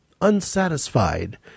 unsatisfied